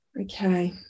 Okay